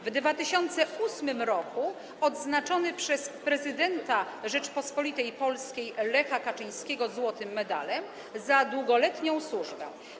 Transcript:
W 2008 r. odznaczony przez prezydenta Rzeczypospolitej Polskiej Lecha Kaczyńskiego Złotym Medalem za Długoletnią Służbę.